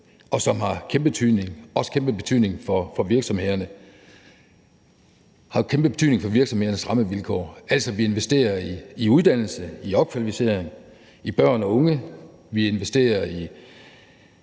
det har jo kæmpe betydning for virksomhedernes rammevilkår. Altså, vi investerer i uddannelse, i opkvalificering, i børn og unge, vi investerer i